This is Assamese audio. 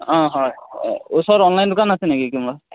অঁ হয় ওচৰত অনলাইন দোকান আছে নেকি কিৰা